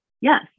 Yes